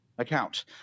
account